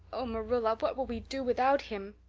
oh, marilla, what will we do without him?